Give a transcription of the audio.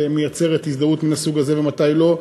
מייצרת הזדהות מן הסוג הזה ומתי לא,